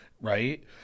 right